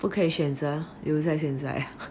不可以选择留在现在 ah